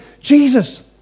Jesus